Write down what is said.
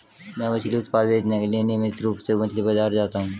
मैं मछली उत्पाद बेचने के लिए नियमित रूप से मछली बाजार जाता हूं